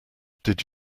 did